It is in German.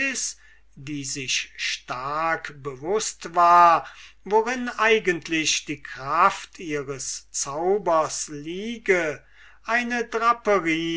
die sich stark bewußt war worin eigentlich die kraft ihres zaubers liege eine draperie